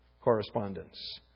correspondence